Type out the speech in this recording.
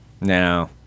No